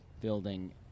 building